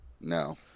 no